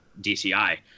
DCI